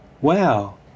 Wow